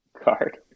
card